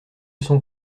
sont